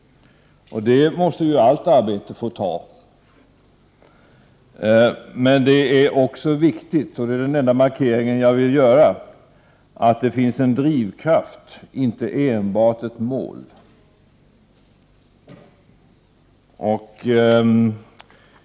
Det måste allt arbete få ta. Men det är också viktigt, och det är den enda markeringen jag vill göra, att det finns en drivkraft och inte enbart ett mål.